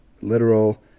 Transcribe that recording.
literal